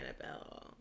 Annabelle